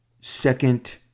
second